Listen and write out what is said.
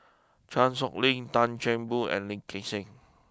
Chan Sow Lin Tan Chan Boon and Lee Gek Seng